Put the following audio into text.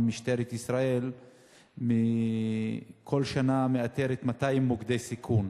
משטרת ישראל כל שנה מאתרת 200 מוקדי סיכון,